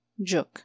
juk